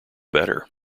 better